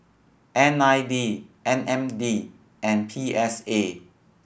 N I E M N D and P S A